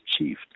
achieved